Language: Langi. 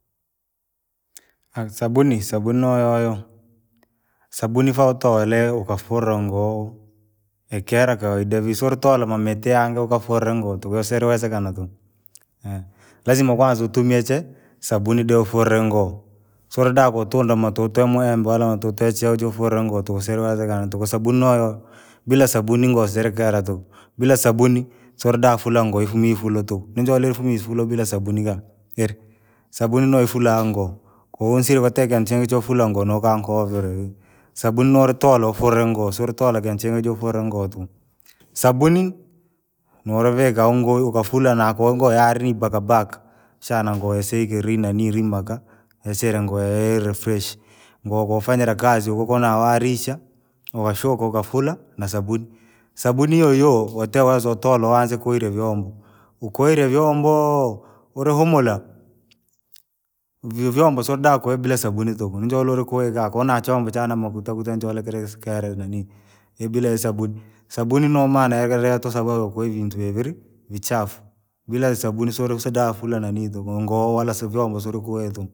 sabuni, sabuni noyoyo, sabuni faa utole ukafura ngoo, ikera kawaida visole tola mamiteanga ukafula ngoo tuku usiliwezekana tuku. Lazima kwanza utumie che sabuni de ufule ngoo, solida kutunda matuta maembe wala tuteja jofula ngoo tosiliwezekana tuku sabuni noyo. Bila sabuni ngolo zilikera tuku, bila sabuni solda fula ngoo ifumi ifula tuku, ninjole ifumi ifula bila sabuni jani, ili sabuni noifula ngoo, koo nsile vate chomfula nokonkaavolei. Sabuni nolitola ufule ngoo siulitola kintu chingi jufula ngoo tuku. Sabuni, noloveka ungoo ukafula nakogoyali mpaka baki. shana ngoe sikili nanii limaka, isile ngoo ili freshi. Ngoo koofanyira kazi ukukonawalisha, ukashuka, ukafula na sabuni, sabuni hiyohiyo watiweza utole uwanza kuila vyombo, ukuila vyombo! Ulihumula, vi- vyombo suldaku bila sabuni tuku ninjololo kuega konachombo cha na makuta kuna njolekele isikela nanii. Ibila ya sabuni, sabuni nomana yakalia tosa kweivinti ivii, vichafu, bila sabuni soulesidafu fula nanii tuku ngoo wala si vyombo sulukuwetu.